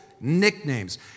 nicknames